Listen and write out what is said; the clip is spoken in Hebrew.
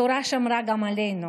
התורה שמרה עלינו